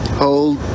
hold